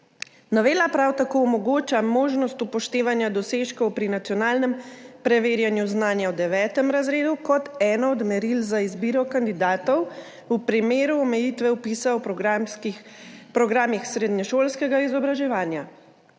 Novela prav tako omogoča možnost upoštevanja dosežkov pri nacionalnem preverjanju znanja v 9. razredu kot eno od meril za izbiro kandidatov v primeru omejitve vpisa v programih srednješolskega izobraževanja.